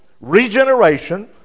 Regeneration